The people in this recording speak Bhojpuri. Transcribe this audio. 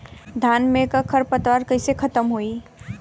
धान में क खर पतवार कईसे खत्म होई?